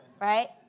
right